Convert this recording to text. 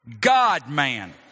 God-man